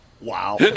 Wow